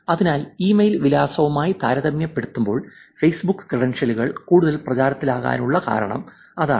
അതിനാൽ ഇമെയിൽ വിലാസവുമായി താരതമ്യപ്പെടുത്തുമ്പോൾ ഫേസ്ബുക്ക് ക്രെഡൻഷ്യലുകൾ കൂടുതൽ പ്രചാരത്തിലാകാനുള്ള കാരണം അതാണ്